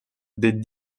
des